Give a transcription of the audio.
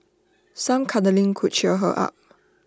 some cuddling could cheer her up